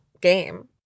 game